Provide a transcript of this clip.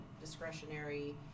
discretionary